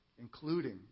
including